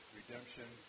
redemption